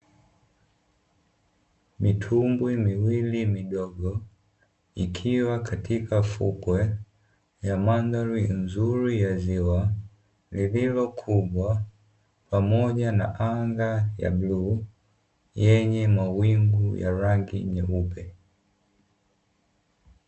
Mitumbwi miwili midogo ikiwa katika fukwe ya mandhari nzuri ya ziwa, liliokubwa pamoja na anga ya bluu yenye mawingu ya rangi nyeupe.